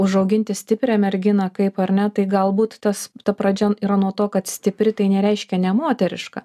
užauginti stiprią merginą kaip ar ne tai galbūt tas ta pradžia yra nuo to kad stipri tai nereiškia nemoteriška